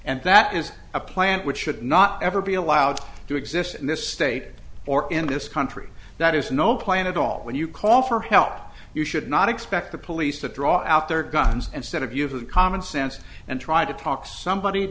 and that is a plan which should not ever be allowed to exist in this state or in this country that is no plan at all when you call for help you should not expect the police to draw out their guns and said if you have a common sense and try to talk somebody